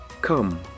Come